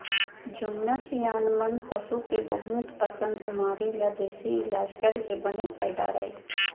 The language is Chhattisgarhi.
जुन्ना सियान मन पसू के बहुत अकन बेमारी ल देसी इलाज करके बने कर डारय